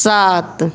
सात